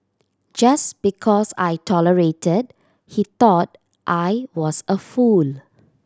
just because I tolerated he thought I was a fool